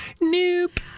Nope